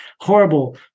horrible